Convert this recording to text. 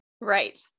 Right